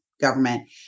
government